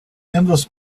endless